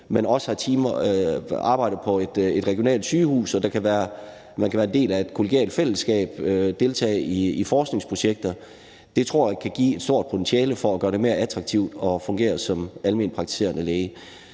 læge, dels arbejder på et regionalt sygehus, hvor der er mulighed for at være del af et kollegialt fællesskab og deltage i forskningsprojekter, tror jeg kan give et stort potentiale for at gøre det mere attraktivt at fungere som almenpraktiserende læge.